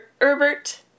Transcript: Herbert